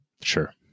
Sure